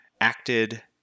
acted